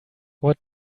what